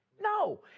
No